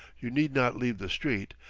you need not leave the street,